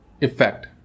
effect